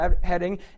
heading